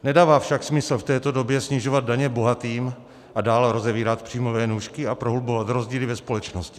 Nedává však smysl v této době snižovat daně bohatým a dál rozevírat příjmové nůžky a prohlubovat rozdíly ve společnosti.